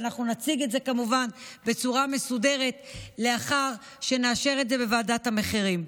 ואנחנו נציג את זה כמובן בצורה מסודרת לאחר שנאשר את זה בוועדת המחירים.